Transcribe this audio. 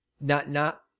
not—not